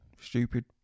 stupid